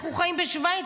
אנחנו חיים בשווייץ,